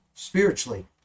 Spiritually